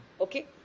Okay